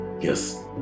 Yes